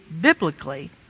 biblically